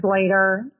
later